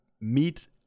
meet